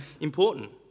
important